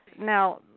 Now